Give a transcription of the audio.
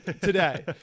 today